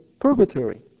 purgatory